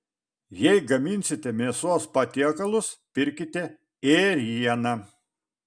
jei gaminsite mėsos patiekalus pirkite ėrieną